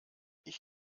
ich